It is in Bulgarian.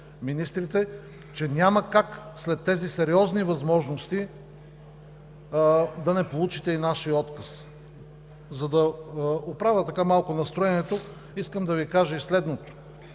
министрите, че няма как след тези сериозни възможности да не получите и нашия отказ. За да оправя малко настроението, искам да Ви кажа и следното: